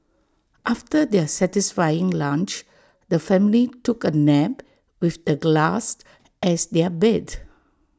after their satisfying lunch the family took A nap with the grass as their bed